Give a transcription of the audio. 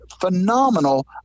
phenomenal